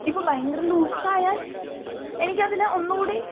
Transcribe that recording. ഇപ്പം ഭയങ്കര ലൂസായാണ് എനിക്കതിന് ഒന്നു കൂടി